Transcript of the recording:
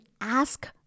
ask